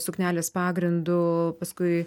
suknelės pagrindu paskui